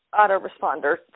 autoresponder